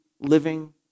living